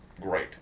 great